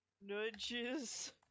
nudges